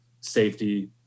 safety